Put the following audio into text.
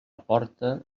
porta